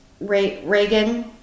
Reagan